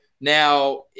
Now